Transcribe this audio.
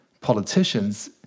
politicians